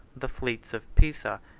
the fleets of pisa,